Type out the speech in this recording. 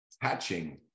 hatching